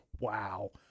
Wow